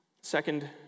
Second